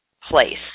place